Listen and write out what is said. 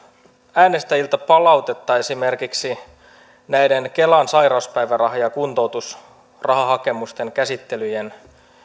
äänestäjiltä palautetta esimerkiksi kelan sairauspäiväraha ja ja kuntoutusrahahakemusten käsittelyjen